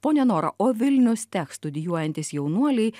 ponia nora o vilnius tech studijuojantys jaunuoliai